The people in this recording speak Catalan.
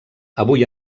avui